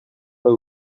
pas